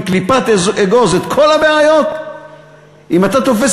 בקליפת אגוז את כל הבעיות אם אתה תופס